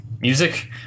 music